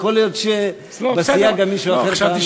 יכול להיות שבסיעה גם מישהו אחר טען לכתר.